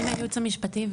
אני מהייעוץ המשפטי,